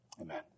Amen